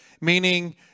meaning